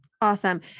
Awesome